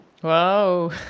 Whoa